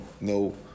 no